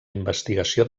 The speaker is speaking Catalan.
investigació